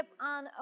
on